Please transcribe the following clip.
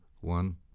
one